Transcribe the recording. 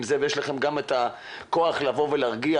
זה ויש לכם גם את הכוח לבוא ולהרגיע,